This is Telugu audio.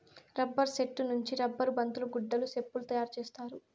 రబ్బర్ సెట్టు నుంచి రబ్బర్ బంతులు గుడ్డలు సెప్పులు తయారు చేత్తారు